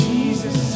Jesus